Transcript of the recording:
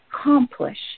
accomplish